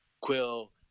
Quill